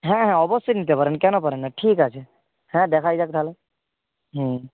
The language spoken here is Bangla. হ্যাঁ হ্যাঁ অবশ্যই নিতে পারেন কেন পারেন না ঠিক আছে হ্যাঁ দেখাই যাক তাহলে হুম